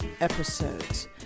episodes